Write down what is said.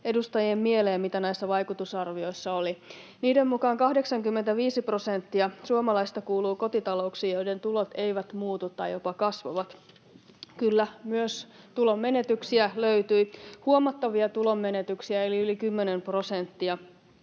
edustajien mieleen, mitä näissä vaikutusarvioissa oli: Niiden mukaan 85 prosenttia suomalaisista kuuluu kotitalouksiin, joiden tulot eivät muutu tai jopa kasvavat. Kyllä, myös tulonmenetyksiä löytyi. Huomattavia tulonmenetyksiä — eli yli 10 prosenttia,